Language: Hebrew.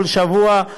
כל שבוע.